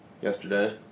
yesterday